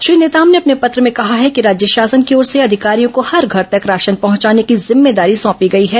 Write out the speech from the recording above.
श्री नेताम ने अपने पत्र में कहा है कि राज्य शासन की ओर से अधिकारियों को हर घर तक राशन पहंचाने की जिम्मेदारी सौंपी गई है